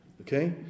Okay